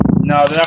No